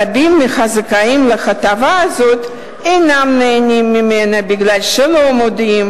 רבים מהזכאים להטבה הזאת אינם נהנים ממנה מפני שהם לא מודעים